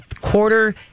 quarter